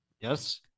yes